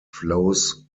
flows